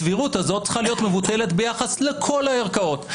הסבירות הזאת צריכה להיות מבוטלת ביחס לכל הערכאות.